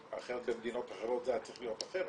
אחרת במדינות אחרות זה היה צריך להיות אחרת.